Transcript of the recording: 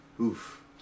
Oof